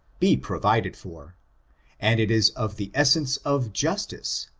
be provided for and it is of the essence of justice,